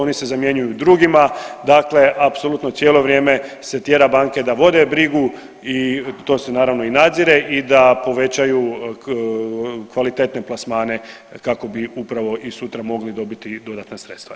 Oni se zamjenjuju drugima, dakle apsolutno cijelo vrijeme se tjera banke da vode brigu i to se naravno nadzire i da povećaju kvalitetne plasmane kako bi upravo i sutra mogli dobiti dodatna sredstva.